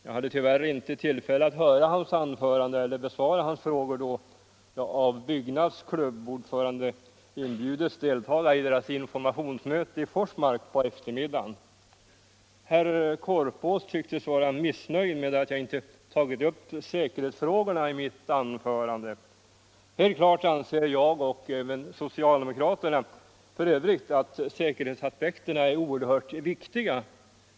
Jag hade tyvärr inte tillfälle att höra hans anförande eller besvara hans frågor då jag av Byggnadsarbetareförbundets klubbordförande hade inbjudits till dess informationsmöte i Forsmark på eftermiddagen. Herr Korpås tycktes vara missnöjd med att jag inte tagit upp säkerhetsfrågorna iI mitt anförande. Det är klart att jag, och även socialdemokraterna I övrigt, anser att säkerhetsaspekterna är oerhört viktiga.